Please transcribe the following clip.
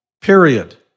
period